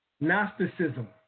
Gnosticism